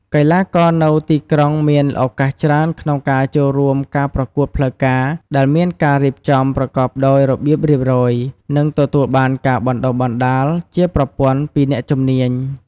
កីឡាករនៅទីក្រុងមានឱកាសច្រើនក្នុងការចូលរួមការប្រកួតផ្លូវការដែលមានការរៀបចំប្រកបដោយរបៀបរៀបរយ និងទទួលបានការបណ្ដុះបណ្ដាលជាប្រព័ន្ធពីអ្នកជំនាញ។